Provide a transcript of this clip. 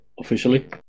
officially